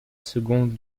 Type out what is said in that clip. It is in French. seconde